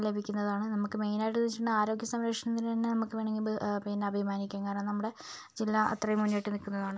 ലഭിക്കുന്നതാണ് നമുക്ക് മെയ്നായിട്ട് ചോദിച്ചിട്ടുണ്ടെങ്കിൽ ആരോഗ്യ സംരക്ഷണത്തിനു തന്നെ നമുക്ക് വേണമെങ്കിൽ പിന്നെ അഭിമാനിക്കാം കാരണം നമ്മുടെ ജില്ല അത്രയും മുന്നിട്ട് നിൽക്കുന്നതാണ്